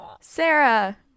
sarah